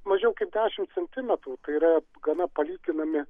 mažiau kaip dešimt centimetrų tai yra gana palyginami